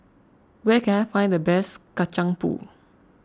where can I find the best Kacang Pool